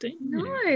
No